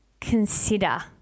consider